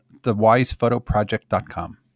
thewisephotoproject.com